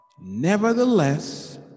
Nevertheless